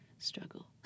Struggle